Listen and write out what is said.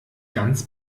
ganz